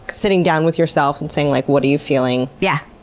sitting down with yourself and saying like, what are you feeling? yeah,